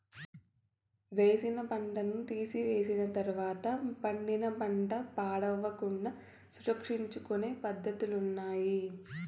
వేసిన పంటను తీసివేసిన తర్వాత పండిన పంట పాడవకుండా సంరక్షించుకొనే పద్ధతులున్నాయి